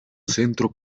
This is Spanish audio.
centro